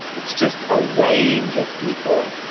it's just a range of people.